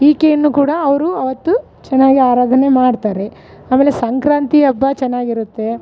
ಈಕೆಯನ್ನು ಕೂಡ ಅವರು ಆವತ್ತು ಚೆನ್ನಾಗಿ ಆರಾಧನೆ ಮಾಡ್ತಾರೆ ಆಮೇಲೆ ಸಂಕ್ರಾಂತಿ ಹಬ್ಬ ಚೆನ್ನಾಗಿರುತ್ತೆ